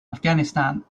afghanistan